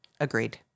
Agreed